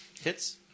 Hits